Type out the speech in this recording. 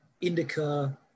indica